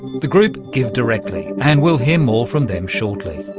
the group givedirectly, and we'll hear more from them shortly.